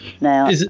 Now